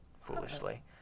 foolishly